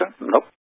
Nope